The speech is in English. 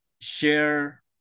share